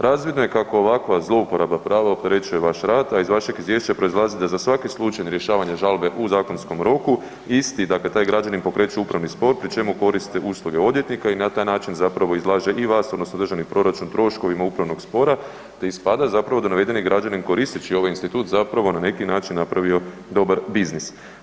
Razvidno je kako ovakva zlouporaba prava opterećuje vaš rad, a iz vašeg izvješća proizlazi da za svaki slučaj rješavanje žalbe u zakonskom roku isti dakle taj građanin pokreće upravni spor, pri čemu koriste usluge odvjetnika i na taj način zapravo izlaže i vaš odnosno državni proračun troškovima upravnog spora te ispada zapravo da navedeni građanin koristeći ovaj institut zapravo na neki način napravio dobar biznis.